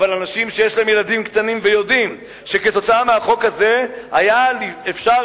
אבל אנשים שיש להם ילדים קטנים ויודעים שכתוצאה מהחוק הזה היה אפשר